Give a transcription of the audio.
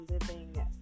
living